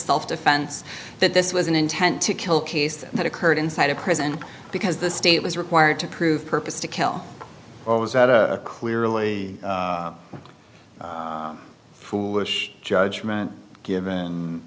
self defense that this was an intent to kill case that occurred inside a prison because the state was required to prove purpose to kill or it was a clearly foolish judgment given